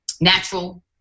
natural